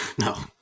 no